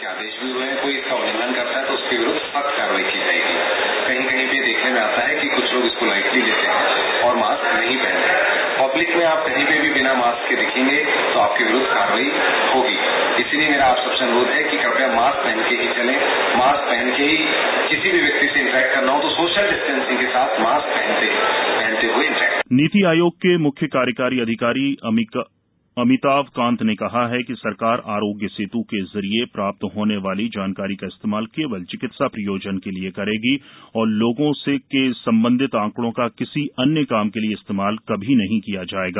नीति आयोग आरोग्य सेत् नीति आयोग के म्ख्य कार्यकारी अधिकारी अमिताभ कांत ने कहा है कि सरकार आरोग्र्य सेतु के जरिए प्राप्त होने वाली जानकारी का इस्तेमाल केवल चिकित्सा प्रयोजन के लिए करेगी और लोगों से संबंधित आंकडों का किसी अन्य काम के लिए इसप्रेमाल कभी नहीं किया जाएगा